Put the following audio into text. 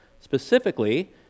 Specifically